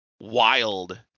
wild